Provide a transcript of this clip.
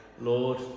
Lord